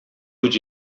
would